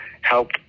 help